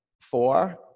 four